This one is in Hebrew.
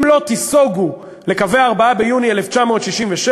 אם לא תיסוגו לקווי 4 ביוני 1967,